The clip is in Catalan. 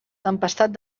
tempestat